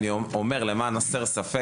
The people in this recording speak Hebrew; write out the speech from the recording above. למען הסר ספק,